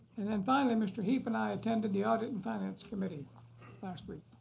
and then finally mr. heep and i attended the audit and finance committee last week.